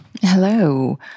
hello